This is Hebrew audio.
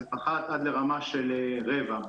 זה פחת עד לרמה של רבע.